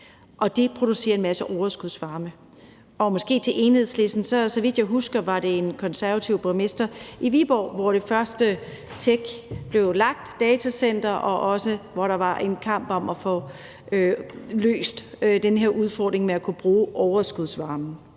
og de producerer en masse overskudsvarme. Og til Enhedslisten: Så vidt jeg husker, var det hos en konservativ borgmester i Viborg, at det første techdatacenter blev lagt, og der var også en kamp om at få løst den her udfordring med at kunne bruge overskudsvarmen.